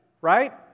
right